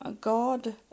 God